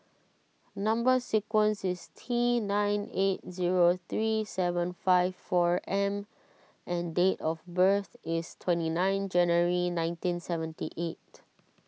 Number Sequence is T nine eight zero three seven five four M and date of birth is twenty nine January nineteen seventy eight